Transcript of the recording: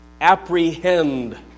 apprehend